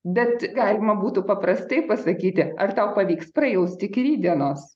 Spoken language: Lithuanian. bet galima būtų paprastai pasakyti ar tau pavyks prajausti iki rytdienos